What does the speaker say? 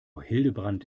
hildebrand